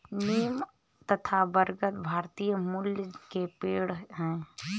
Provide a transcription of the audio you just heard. नीम तथा बरगद भारतीय मूल के पेड है